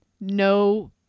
No